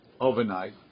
overnight